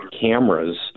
cameras